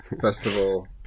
festival